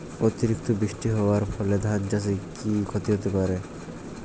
অতিরিক্ত বৃষ্টি হওয়ার ফলে ধান চাষে কি ক্ষতি হতে পারে?